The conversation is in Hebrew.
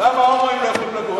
למה הומואים לא יכולים לגור?